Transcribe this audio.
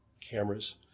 cameras